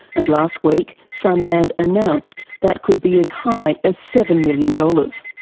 and last week sunland announced that could be as high as seven million dollars,